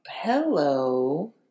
hello